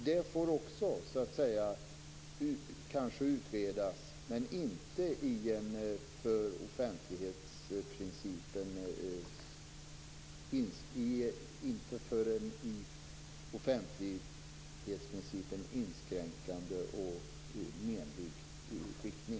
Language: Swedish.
Det kanske också får utredas, men inte i en för offentlighetsprincipen inskränkande och menlig riktning.